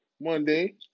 Monday